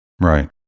Right